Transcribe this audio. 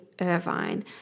Irvine